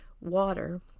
water